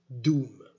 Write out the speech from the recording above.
Doom